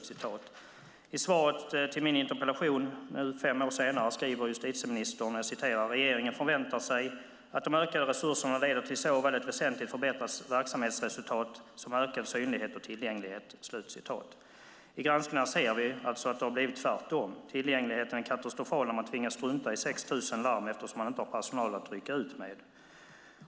I svaret på min interpellation nu fem år senare skriver justitieministern: "Regeringen förväntar sig att de ökade resurserna leder till såväl ett väsentligt förbättrat verksamhetsresultat som ökad synlighet och tillgänglighet." I granskningarna ser vi att det har blivit tvärtom. Tillgängligheten är katastrofal om man tvingas strunta i 6 000 larm eftersom man inte har personal att rycka ut med.